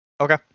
Okay